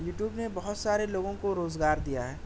YouTube نے بہت سارے لوگوں کو روزگار دیا ہے